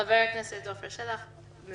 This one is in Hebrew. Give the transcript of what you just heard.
חבר הכנסת עפר שלח ביקש,